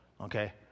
Okay